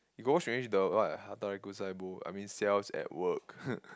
you got watch finish the what ah Hataraku-Saibo I mean Cells-at-Work